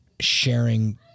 sharing